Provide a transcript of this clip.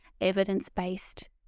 evidence-based